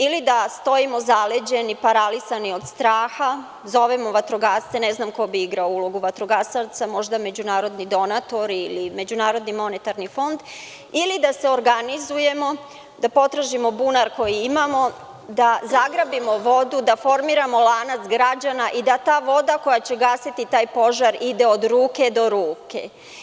Ili da stojimo zaleđeni, paralisani od straha, zovemo vatrogasce, ne znam ko bi igrao ulogu vatrogasaca, možda međunarodni donatori ili MMF ili da se organizujemo da potražimo bunar koji imamo, da zagrabimo vodu, da formiramo lanac građana i da ta voda koja će gasiti taj požar ide od ruke do ruke.